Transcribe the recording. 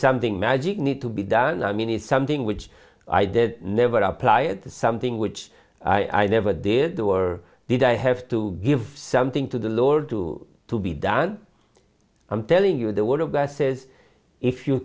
something magic need to be done i mean is something which i did never apply it to something which i never did or did i have to give something to the lord to to be done i'm telling you the word of god says if you